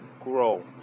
Grow